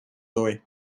doy